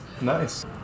Nice